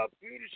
beauty